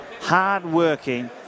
hard-working